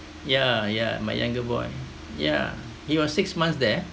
yeah ya my younger boy yeah he was six months there